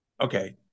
Okay